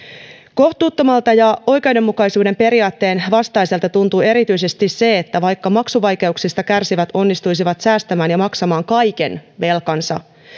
kohtuuttomalta ja oikeudenmukaisuuden periaatteen vastaiselta tuntuu erityisesti se että vaikka maksuvaikeuksista kärsivät onnistuisivat säästämään ja maksamaan kaiken velkansa